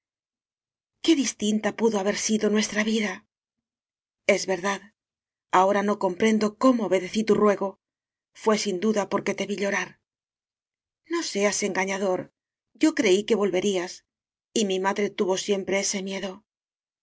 qué distinta pudo haber sido nuestra vida es verdad ahora no comprendo cómo obedecí tu ruego fué sin duda porque te vi llorar n o s e a s engañador ño creí que volve rías y mi madre tuvo siempre ese miedo